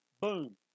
Boom